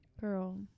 Girl